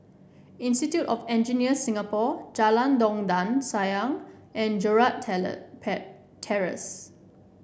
Institute of Engineers Singapore Jalan Dondang Sayang and Gerald Terrace